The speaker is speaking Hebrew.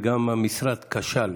וגם המשרד כשל,